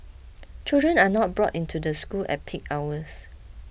children are not brought into the school at peak hours